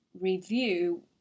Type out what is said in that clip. review